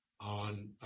on